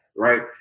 Right